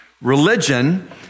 Religion